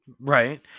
right